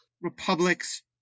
republics